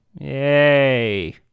Yay